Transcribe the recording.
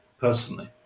personally